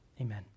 amen